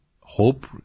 hope